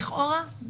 לכאורה,